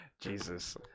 Jesus